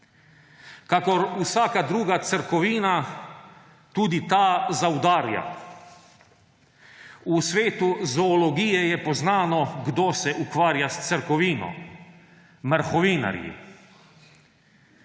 Kakor vsaka druga crkovina tudi ta zaudarja. V svetu zoologije je poznano, kdo se ukvarja s crkovino – mrhovinarji.